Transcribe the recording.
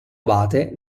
abate